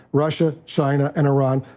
russia, china and iran,